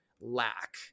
lack